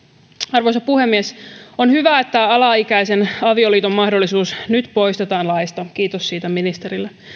arvoisa puhemies on hyvä että alaikäisen avioliiton mahdollisuus nyt poistetaan laista kiitos siitä ministerille